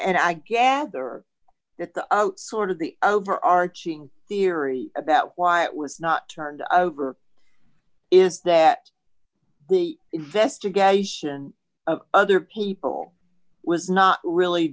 and i gather that the sort of the overarching theory about why it was not turned over is that the investigation of other people was not really